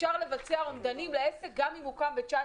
אפשר לבצע אומדנים לעסק גם אם הוא קם ב-2019,